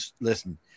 listen